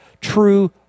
True